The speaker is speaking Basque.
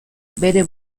bere